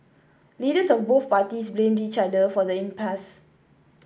leaders of both parties blamed each other for the impasse